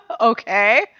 okay